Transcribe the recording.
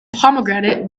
pomegranate